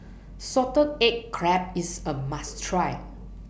Salted Egg Crab IS A must Try